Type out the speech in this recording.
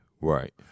right